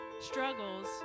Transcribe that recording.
struggles